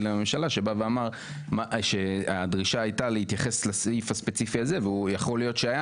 לממשלה שאמר שהדרישה היא להתייחס לסעיף הספציפי הזה ויכול להיות שהיה